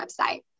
website